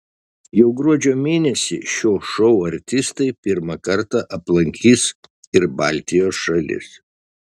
jau gruodžio mėnesį šio šou artistai pirmą kartą aplankys ir baltijos šalis